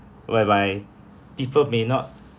whereby people may not